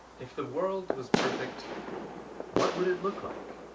if the world was perfect what would it look like?